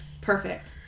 Perfect